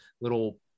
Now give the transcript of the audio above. little